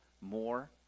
more